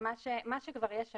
מה שכבר יש היום,